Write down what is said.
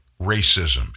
racism